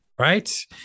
right